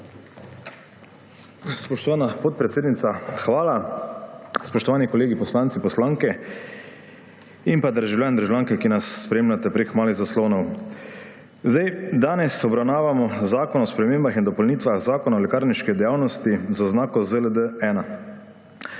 Spoštovana podpredsednica, hvala. Spoštovani kolegi poslanci, poslanke in državljani, državljanke, ki nas spremljate prek malih zaslonov! Danes obravnavamo zakon o spremembah in dopolnitvah Zakona o lekarniški dejavnosti z oznako ZLD-1.